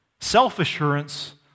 Self-assurance